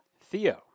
Theo